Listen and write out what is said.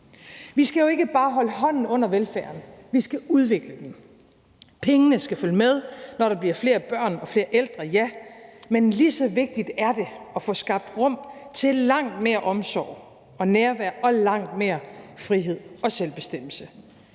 Vi skal jo ikke bare holde hånden under velfærden. Vi skal udvikle den. Pengene skal følge med, når der bliver flere børn og ældre, ja, men lige så vigtigt er det at få skabt rum til langt mere omsorg og nærvær og langt mere frihed og selvbestemmelse.